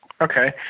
Okay